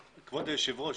כבוד היושב ראש,